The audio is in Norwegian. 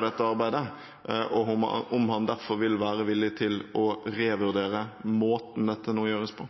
dette arbeidet, og om han derfor vil være villig til å revurdere måten dette nå gjøres på.